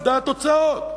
עובדה, התוצאות.